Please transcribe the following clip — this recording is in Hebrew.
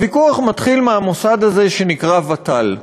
הוויכוח מתחיל מהמוסד הזה שנקרא ות"ל.